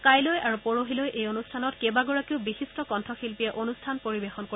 কাইলৈ আৰু পৰহিলৈ এই অনুষ্ঠানত কেইবাগৰাকীও বিশিষ্ট কণ্ঠশিল্পীয়ে অনুষ্ঠান পৰিৱেশন কৰিব